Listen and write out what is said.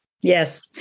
Yes